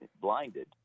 blinded